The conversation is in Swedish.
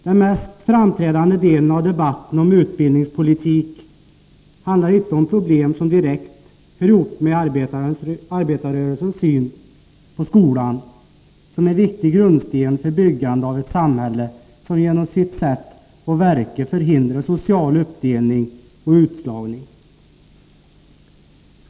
Den mest framträdande delen av debatten om utbildningspolitik handlar inte om problem som direkt hör ihop med arbetarrörelsens syn på skolan som en viktig grundsten för byggande av ett samhälle, vilket genom sitt sätt att verka förhindrar social uppdelning och utslagning.